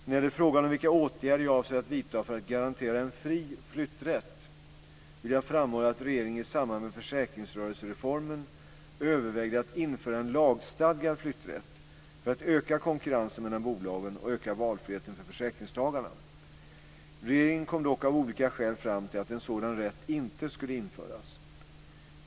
När det gäller frågan om vilka åtgärder jag avser att vidta för att garantera en fri flytträtt, vill jag framhålla att regeringen i samband med försäkringsrörelsereformen övervägde att införa en lagstadgad flytträtt för att öka konkurrensen mellan bolagen och öka valfriheten för försäkringstagarna. Regeringen kom dock av olika skäl fram till att en sådan rätt inte skulle införas.